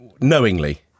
knowingly